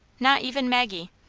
not even maggie.